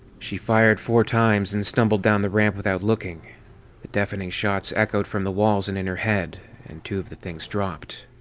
she fired four times and stumbled down the ramp without looking. the deafening shots echoed from the walls and in her head and two of the things dropped.